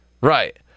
Right